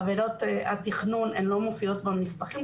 עבירות התכנון לא מופיעות בנספחים.